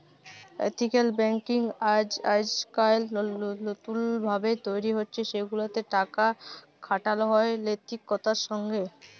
ethical banking আইজকাইল লতুল ভাবে তৈরি হছে সেগুলাতে টাকা খাটালো হয় লৈতিকতার সঙ্গে